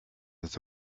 that